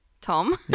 Tom